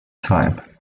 time